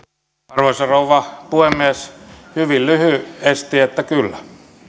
arvoisa rouva puhemies hyvin lyhyesti kyllä